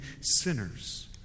sinners